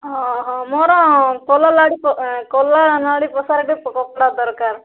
ହଁ ହଁ ମୋର କଲଲାଡ଼ି କଲରା ନାଡ଼ି କପଡ଼ା ଦରକାର